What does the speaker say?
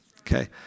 okay